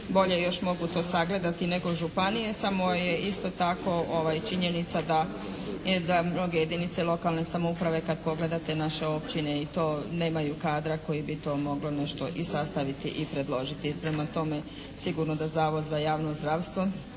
bolje još mogu to sagledati nego županije, samo je isto tako činjenica da mnoge jedinice lokalne samouprave kad pogledate naše općine i to nemaju kadra koji bi to moglo nešto i sastaviti i predložiti. Prema tome sigurno da Zavod za javno zdravstvo